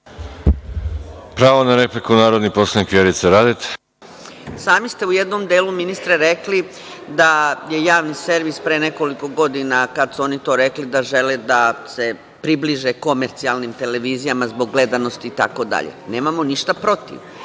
Pravo na repliku, narodni poslanik Vjerica Radeta. **Vjerica Radeta** Sami ste u jednom delu ministre rekli, da je javni servis pre nekoliko godina kada su to oni rekli da žele da se približe komercijalnim televizijama zbog gledanosti itd. Nemamo ništa protiv